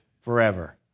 forever